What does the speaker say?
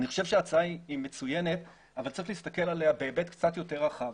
אני חושב שההצעה היא מצוינת אבל צריך להסתכל עליה בהיבט קצת יותר רחב.